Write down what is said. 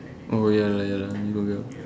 oh ya lah ya lah